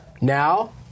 Now